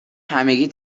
همگی